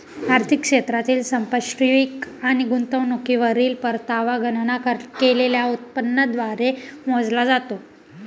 आर्थिक क्षेत्रातील संपार्श्विक आणि गुंतवणुकीवरील परतावा गणना केलेल्या उत्पन्नाद्वारे मोजला जातो